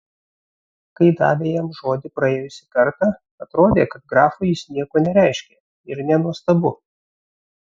kai davė jam žodį praėjusį kartą atrodė kad grafui jis nieko nereiškia ir nenuostabu